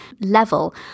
level